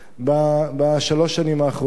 בשלוש השנים האחרונות.